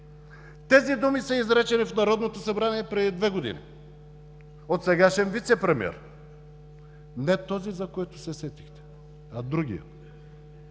Тези думи са изречени в Народното събрание преди две години от сегашен вицепремиер. Не този, за който се сетихте, а другият.